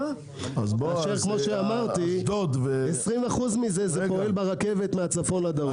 20% פועל ברכבת מהצפון לדרום.